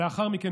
לאחר מכן,